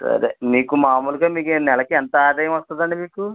సరే మీకు మామూలుగా మీకు నెలకి ఎంత ఆదాయం వస్తుందండి మీకు